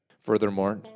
Furthermore